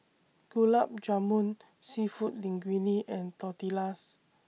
Gulab Jamun Seafood Linguine and Tortillas